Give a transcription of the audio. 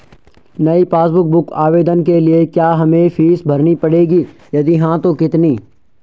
नयी passbook book आवेदन के लिए क्या हमें फीस भरनी पड़ेगी यदि हाँ तो कितनी?